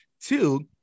Two